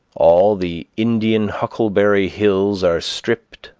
all the indian huckleberry hills are stripped,